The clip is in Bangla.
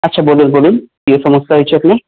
আচ্ছা বলুন বলুন কী সমস্যা হয়েছে আপনার